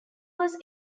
was